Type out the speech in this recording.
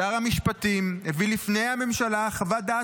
שר המשפטים הביא לפני הממשלה חוות דעת